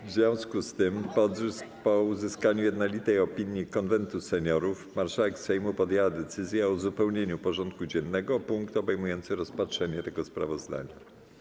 W związku z tym, po uzyskaniu jednolitej opinii Konwentu Seniorów, marszałek Sejmu podjęła decyzję o uzupełnieniu porządku dziennego o punkt obejmujący rozpatrzenie tego sprawozdania.